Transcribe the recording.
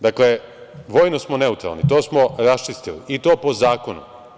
Dakle, vojno smo neutralni, to smo raščistili, i to po zakonu.